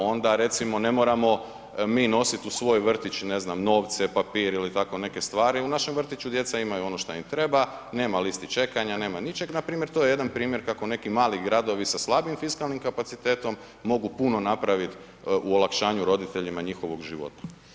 Onda recimo ne moramo mi nosit u svoj vrtić, ne znam, novce, papir ili tako neke stvari, u našem vrtiću djeca imaju ono šta im treba, nema listi čekanja, nema ničeg, npr. to je jedan primjer kako neki mali gradovi sa slabijim fiskalnim kapacitetom mogu puno napravit u olakšanju roditeljima njihovog života.